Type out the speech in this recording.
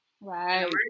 right